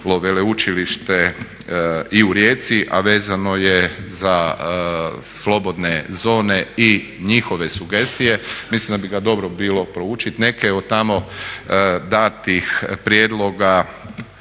veleučilište i u Rijeci a vezano je za slobodne zone i njihove sugestije. Mislim da bi ga dobro bilo proučiti neke od tamo danih prijedloga